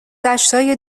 دشتای